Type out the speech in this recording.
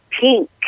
pink